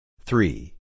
Three